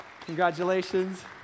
congratulations